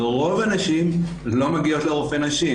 אבל רוב הנשים לא מגיעות לרופא נשים.